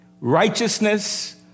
righteousness